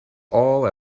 all